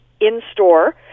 in-store